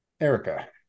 Erica